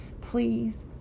Please